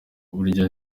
burya